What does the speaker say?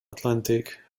atlantic